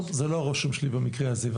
אנחנו לא יכולים בחוק הזה לאפשר שבמועצה דתית,